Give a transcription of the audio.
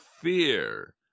fear